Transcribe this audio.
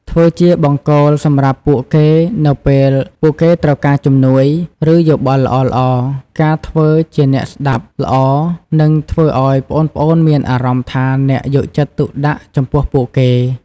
ធ្វើជាបង្គោលសម្រាប់ពួកគេនៅពេលពួកគេត្រូវការជំនួយ ឬយោបល់ល្អៗ ការធ្វើជាអ្នកស្ដាប់ល្អ នឹងធ្វើឱ្យប្អូនៗមានអារម្មណ៍ថាអ្នកយកចិត្តទុកដាក់ចំពោះពួកគេ ។